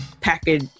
package